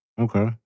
Okay